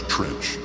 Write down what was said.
Trench